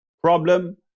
problem